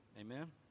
Amen